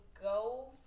go